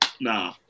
Nah